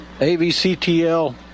avctl